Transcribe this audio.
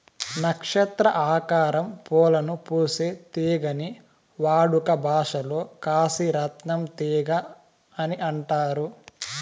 నక్షత్ర ఆకారం పూలను పూసే తీగని వాడుక భాషలో కాశీ రత్నం తీగ అని అంటారు